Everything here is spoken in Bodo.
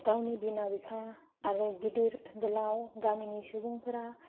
गावनि बिमा बिफा आरो गिदिर गोलाव गामिनि सुबुंफोरा